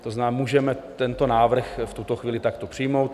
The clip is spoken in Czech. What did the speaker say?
To znamená, můžeme tento návrh v tuto chvíli takto přijmout.